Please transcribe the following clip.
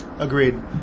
Agreed